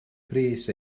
brys